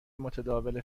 متداول